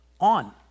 on